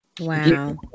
Wow